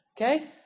Okay